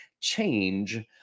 change